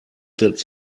that